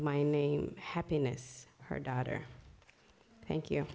my name happiness her daughter thank you